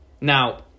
now